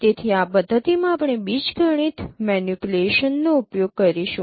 તેથી આ પદ્ધતિમાં આપણે બીજગણિત મેનિપ્યુલેશન્સનો ઉપયોગ કરીશું